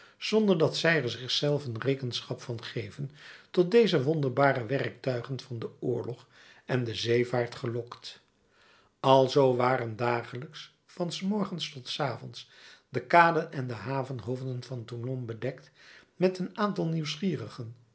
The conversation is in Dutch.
zonder dat zij er zich zelven rekenschap van geven tot deze wonderbare werktuigen van den oorlog en de zeevaart gelokt alzoo waren dagelijks van s morgens tot s avonds de kaden en de havenhoofden van toulon bedekt met een aantal nieuwsgierigen